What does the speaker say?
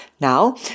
Now